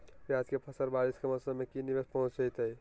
प्याज के फसल बारिस के मौसम में की निवेस पहुचैताई?